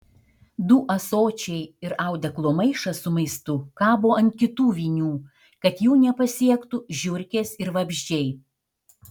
du ąsočiai ir audeklo maišas su maistu kabo ant kitų vinių kad jų nepasiektų žiurkės ir vabzdžiai